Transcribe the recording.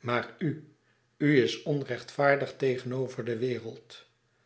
maar u u is onrechtvaardig tegenover de wereld